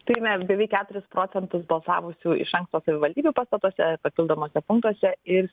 turim mes beveik keturis procentus balsavusių iš anksto savivaldybių pastatuose papildomuose punktuose ir